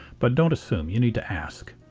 but don't assume. you need to ask.